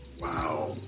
Wow